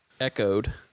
echoed